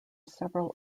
several